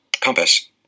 compass